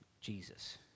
Jesus